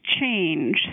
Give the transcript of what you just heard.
change